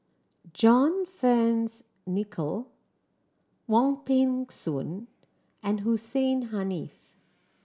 John Fearns Nicoll Wong Peng Soon and Hussein Haniff